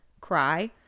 cry